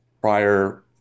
prior